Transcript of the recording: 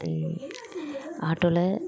ஆட்டோவில்